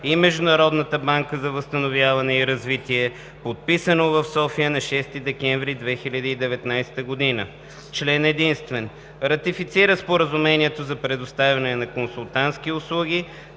и Международната банка за възстановяване и развитие, подписано в София на 6 декември 2019 г. Член единствен. Ратифицира Споразумението за предоставяне на консултантски услуги,